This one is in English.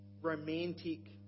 romantic